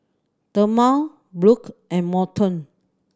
Thelma Burke and Morton